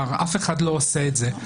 אף אחד לא עושה את זה.